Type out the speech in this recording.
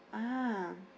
ah